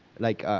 like,